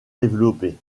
développée